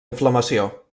inflamació